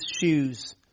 shoes